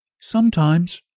Sometimes